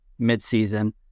midseason